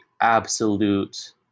absolute